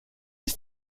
ist